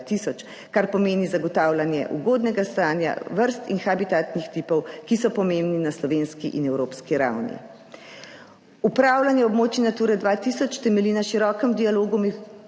kar pomeni zagotavljanje ugodnega stanja vrst in habitatnih tipov, ki so pomembni na slovenski in evropski ravni. Upravljanje območij Natura 2000 temelji na širokem dialogu med